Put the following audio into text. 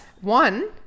One